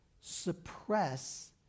suppress